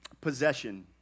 possession